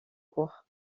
cours